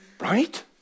Right